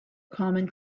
common